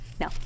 No